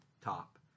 top